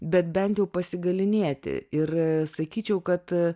bet bent jau pasigalynėti ir sakyčiau kad